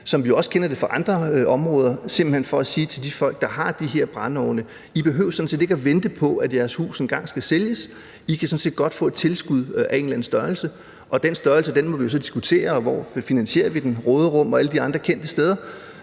som vi kender det fra andre områder, simpelt hen for at sige til de folk, der har de her brændeovne: I behøver sådan set ikke vente på, at jeres hus engang skal sælges; I kan godt få et tilskud af en eller anden størrelse. Den størrelse må vi jo så diskutere, og hvordan vi finansierer den; råderummet og alle de andre kendte steder.